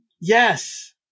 Yes